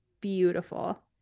beautiful